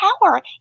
power